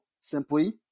simply